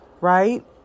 right